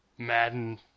Madden